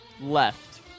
Left